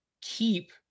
keep